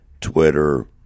Twitter